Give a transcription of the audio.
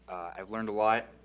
i've learned a lot.